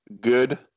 good